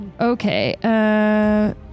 okay